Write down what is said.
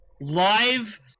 Live